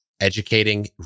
educating